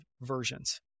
versions